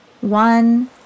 One